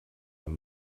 man